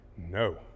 No